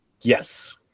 Yes